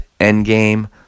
Endgame